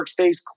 workspace